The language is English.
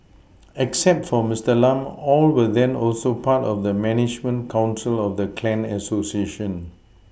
except for Mister Lam all were then also part of the management council of the clan Association